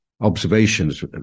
observations